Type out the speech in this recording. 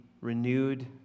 renewed